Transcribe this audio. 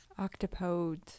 Octopodes